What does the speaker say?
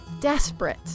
desperate